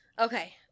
Okay